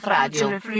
Radio